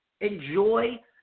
Enjoy